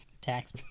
tax